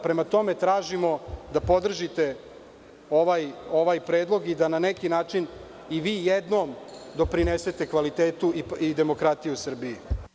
Prema tome, tražimo da podržite ovaj predlog i da, na neki način, i vi jednom doprinesete kvalitetu i demokratiji u Srbiji.